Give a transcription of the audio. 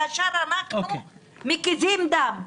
כאשר אנחנו מקיזים דם,